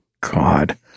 god